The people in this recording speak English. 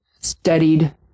studied